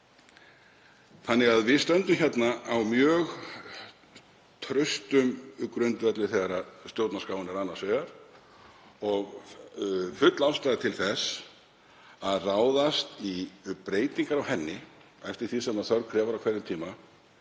Við stöndum því á mjög traustum grundvelli þegar stjórnarskráin er annars vegar og full ástæða er til þess að gera breytingar á henni eftir því sem þörf krefur á hverjum tíma